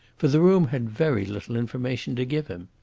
for the room had very little information to give him.